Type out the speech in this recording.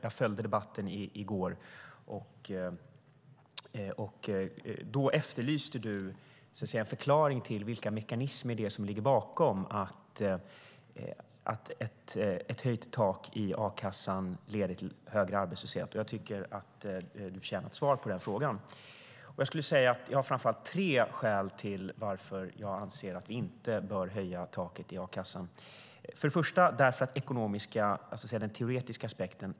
Jag följde debatten i går, och då efterlyste du en förklaring till vilka mekanismer som ligger bakom att ett höjt tak i a-kassan leder till högre arbetslöshet. Jag tycker att du förtjänar ett svar på frågan. Jag skulle säga att jag har framför allt tre skäl till att jag anser att vi inte bör höja taket i a-kassan. För det första är det den teoretiska aspekten.